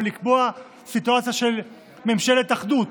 ולקבוע סיטואציה של ממשלת אחדות,